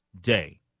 day